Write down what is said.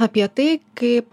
apie tai kaip